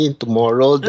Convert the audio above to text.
tomorrow